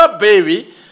baby